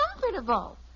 comfortable